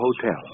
hotel